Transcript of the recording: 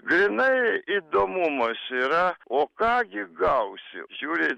grynai įdomumas yra o ką gi gausi žiūri